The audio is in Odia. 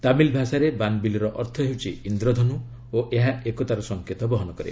ତାମିଲ୍ ଭାଷାରେ ବାନ୍ବିଲ୍ର ଅର୍ଥ ହେଉଛି ଇନ୍ଦ୍ରଧନୁ ଓ ଏହା ଏକତାର ସଙ୍କେତ ବହନ କରେ